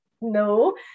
No